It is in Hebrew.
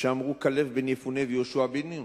שאמרו כלב בן יפונה ויהושע בן נון: